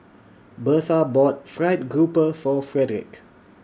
Bertha bought Fried Grouper For Frederick